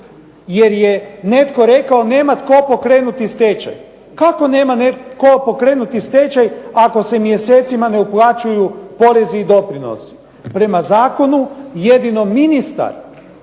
jer je netko rekao nema tko pokrenuti stečaj. Kako nema tko pokrenuti stečaj, ako se mjesecima ne uplaćuju porezi i doprinosi? Prema zakonu jedino ministar,